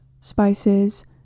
spices